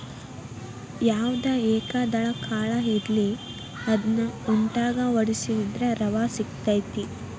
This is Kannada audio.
ಯಾವ್ದ ಏಕದಳ ಕಾಳ ಇರ್ಲಿ ಅದ್ನಾ ಉಟ್ಟಂಗೆ ವಡ್ಸಿದ್ರ ರವಾ ಸಿಗತೈತಿ